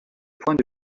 points